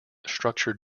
structured